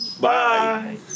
Bye